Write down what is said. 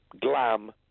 glam